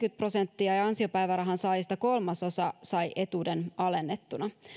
prosenttia ja ansiopäivärahan saajista kolmasosa sai etuuden alennettuna